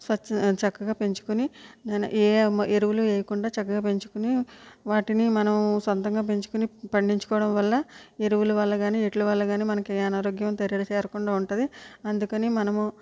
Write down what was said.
స్వచ్ఛ చక్కగా పెంచుకొని నన్ను ఎరువులు వేయకుండా చక్కగా పెంచుకొని వాటిని మనం సొంతంగా పెంచుకొని పండించుకోవడం వల్ల ఎరువులు వల్ల గాని వీట్ల వల్ల గాని మనకి ఏ అనారోగ్యం దరికి చేరకుండా ఉంటుంది అందుకని మనము